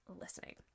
listening